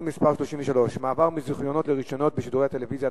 מס' 33) (מעבר מזיכיונות לרשיונות בשידורי טלוויזיה),